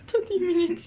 thirty minutes